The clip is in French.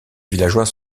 villageois